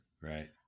Right